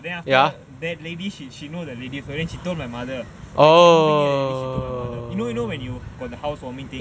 then after that lady she she know the lady she told my mother when she move in here she told my mother you know you know when you got the housewarming thing